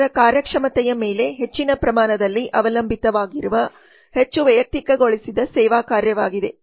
ಇತರರ ಕಾರ್ಯಕ್ಷಮತೆಯ ಮೇಲೆ ಹೆಚ್ಚಿನ ಪ್ರಮಾಣದಲ್ಲಿ ಅವಲಂಬಿತವಾಗಿರುವ ಹೆಚ್ಚು ವೈಯಕ್ತಿಕಗೊಳಿಸಿದ ಸೇವಾ ಕಾರ್ಯವಾಗಿದೆ